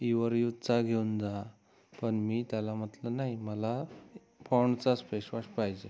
your यूजचा घेऊन जा पण मी त्याला म्हटलं नाही मला पॉंडचाच फेस वॉश पाहिजे